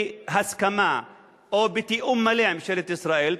בהסכמה או בתיאום מלא עם ממשלת ישראל,